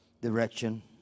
Direction